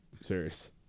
Serious